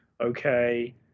Okay